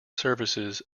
services